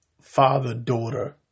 father-daughter